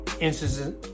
instances